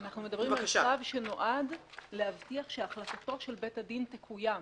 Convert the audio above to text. אנחנו מדברים על מצב שנועד להבטיח שהחלטתו של בית הדין תקוים,